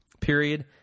Period